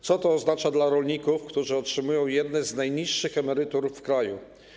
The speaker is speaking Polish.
Co to oznacza dla rolników, którzy otrzymują jedne z najniższych emerytur w kraju?